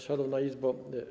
Szanowna Izbo!